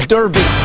Derby